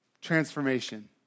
transformation